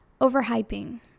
overhyping